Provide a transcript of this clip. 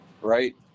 right